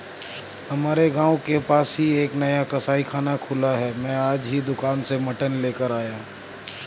हमारे गांव के पास ही एक नया कसाईखाना खुला है मैं आज ही दुकान से मटन लेकर आया